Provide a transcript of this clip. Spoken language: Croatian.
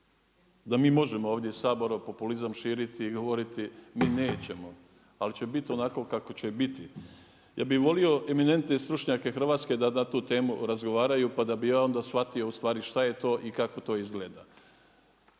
da mi možemo ovdje iz Sabora populizam širiti i govoriti mi nećemo ali će biti onako kako će biti. Ja bi volio eminentne stručnjake Hrvatske da tu temu razgovaraju, pa da bi onda ja shvatio ustvari shvatio šta je to i kako to izgleda.